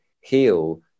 heal